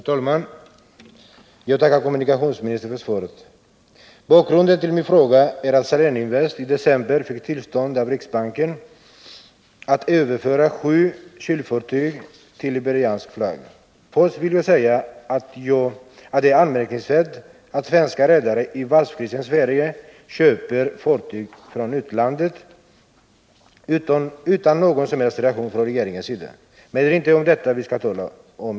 Herr talman! Jag tackar kommunikationsministern för svaret. Bakgrunden till min fråga är att Saléninvest i december fick tillstånd av riksbanken att överföra sju kylfartyg till liberisk flagg. Först vill jag säga att det är anmärkningsvärt att svenska redare i varvskrisens Sverige kan köpa fartyg från utlandet utan att det blir någon som helst reaktion från regeringens sida. Men det är inte om detta vi skall tala i dag.